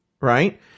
right